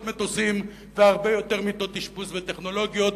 מטוסים והרבה יותר מיטות אשפוז וטכנולוגיות.